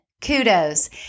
kudos